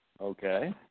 Okay